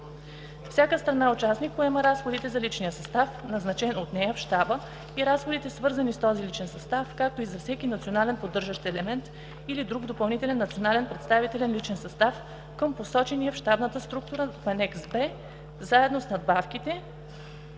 Всяка страна-участник поема разходите за личния състав, назначен от нея в Щаба и разходите, свързани с този личен състав, както и за всеки национален поддържащ елемент или друг допълнителен национален представителен личен състав към посочения в щабната структура в Анекс Б, заедно с надбавките,